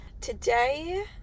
today